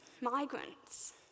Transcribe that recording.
migrants